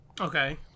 Okay